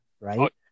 right